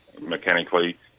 mechanically